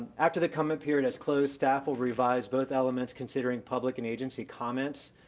after the comment period has closed, staff will revise both elements considering public and agency comments,